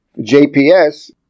JPS